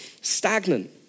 stagnant